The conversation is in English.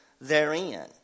therein